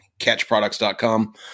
Catchproducts.com